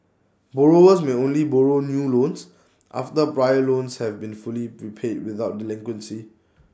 borrowers may only borrow new loans after prior loans have been fully repaid without delinquency